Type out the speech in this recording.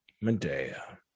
Medea